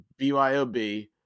BYOB